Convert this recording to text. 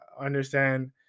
understand